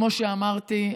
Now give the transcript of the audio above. כמו שאמרתי,